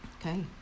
Okay